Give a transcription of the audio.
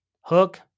Hook